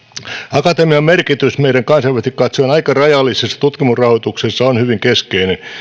akatemian merkitys kansainvälisesti katsoen meidän aika rajallisessa tutkimusrahoituksessa on hyvin keskeinen